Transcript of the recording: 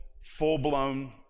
full-blown